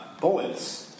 Bullets